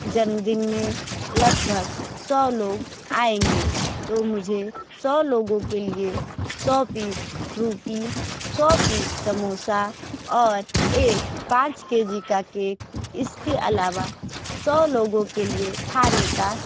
जन्मदिन में लगभग सौ लोग आएँगे तो मुझे सौ लोगों के लिए सौ पीस फ्रूटी सौ पीस समोसा और एक पाँच के जी का केक इसके अलावा सौ लोगों के लिए खाने का